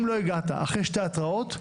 אם לא הגעת אחרי שתי התראות,